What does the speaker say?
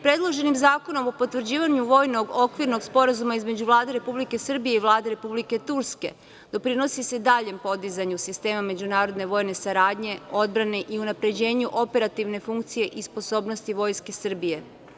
Predloženim Zakonom o potvrđivanju vojnog okvirnog sporazuma između Vlade Republike Srbije i Vlade Republike Turske doprinosi se daljem podizanju sistema međunarodne vojne saradnje, odbrane i unapređenja operativne funkcije i sposobnosti Vojske Srbije.